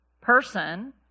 person